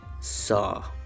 saw